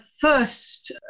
first